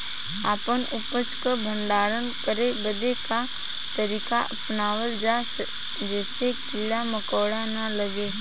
अपना उपज क भंडारन करे बदे का तरीका अपनावल जा जेसे कीड़ा मकोड़ा न लगें?